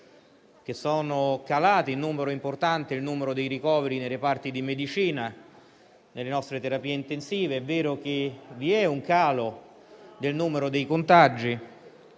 che è calato in misura importante il numero dei ricoveri nei reparti di medicina e nelle nostre terapie intensive ed è vero, altresì, che vi è un calo del numero dei contagi,